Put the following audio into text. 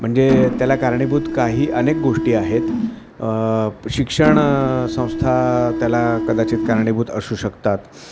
म्हणजे त्याला कारणीभूत काही अनेक गोष्टी आहेत शिक्षणसंस्था त्याला कदाचित कारणीभूत असू शकतात